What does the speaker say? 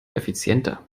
effizienter